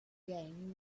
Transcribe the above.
game